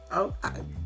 okay